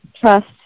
trust